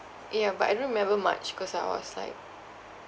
ya but I don't remember much cause I was like